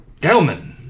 Gelman